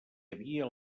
havia